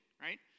right